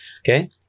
Okay